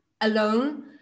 alone